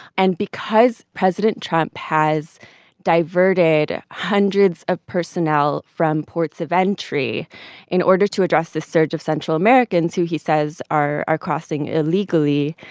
and because president trump has diverted hundreds of personnel from ports of entry in order to address this surge of central americans who, he says, are are crossing illegally,